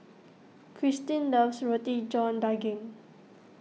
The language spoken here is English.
Kirstin loves Roti John Daging